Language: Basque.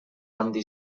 handi